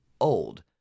old